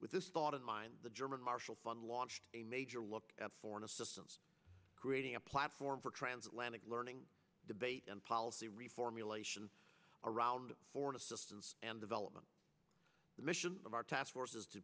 with this thought in mind the german marshall fund launched a major look at foreign assistance creating a platform for transatlantic learning debate and policy reformulation around foreign assistance and development the mission of our task force is to